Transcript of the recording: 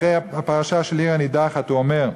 אחרי הפרשה של עיר הנידחת, הוא אומר: